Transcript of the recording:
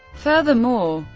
furthermore,